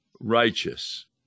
righteous